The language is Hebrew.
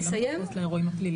אני לא מתייחסת לאירועים הפליליים.